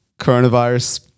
coronavirus